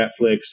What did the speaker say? Netflix